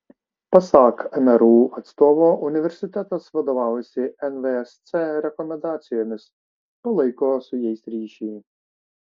pasak mru atstovo universitetas vadovaujasi nvsc rekomendacijomis palaiko su jais ryšį